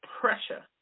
pressure